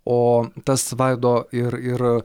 o tas vaido ir ir